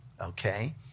okay